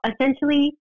essentially